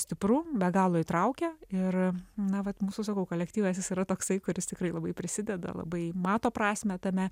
stipru be galo įtraukia ir na vat mūsų sakau kolektyvas yra toksai kuris tikrai labai prisideda labai mato prasmę tame